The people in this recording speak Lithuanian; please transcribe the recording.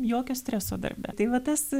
jokio streso darbe tai va tas